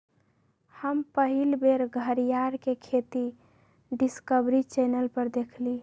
हम पहिल बेर घरीयार के खेती डिस्कवरी चैनल पर देखली